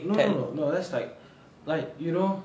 no no no that's like like you know